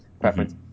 preference